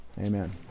Amen